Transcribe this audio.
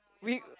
we